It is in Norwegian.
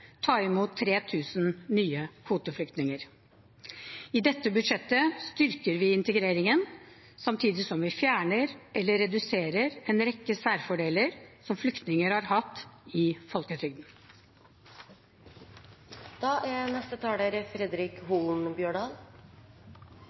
ta imot 3 000 nye kvoteflyktninger. I dette budsjettet styrker vi integreringen, samtidig som vi fjerner eller reduserer en rekke særfordeler som flyktninger har hatt i